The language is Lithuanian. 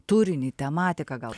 turinį tematiką gal